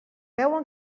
veuen